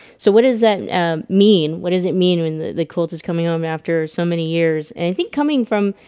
so what does that mean? what does it mean when the quilt is coming home after so many years anything coming from?